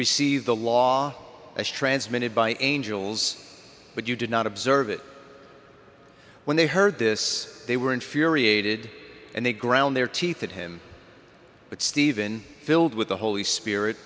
received the law as transmitted by angels but you did not observe it or when they heard this they were infuriated and they ground their teeth at him but stephen filled with the holy spirit